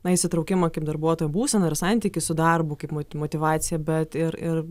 na įsitraukimą kaip darbuotojo būseną ir santykį su darbu kaip mot motyvaciją bet ir ir